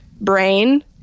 brain